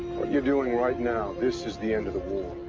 what you're doing right now, this is the end of the war.